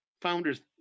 founders